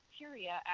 bacteria